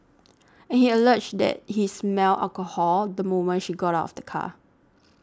and he alleged that he smelled alcohol the moment she got out of the car